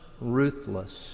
ruthless